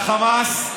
בחמאס.